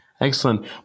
Excellent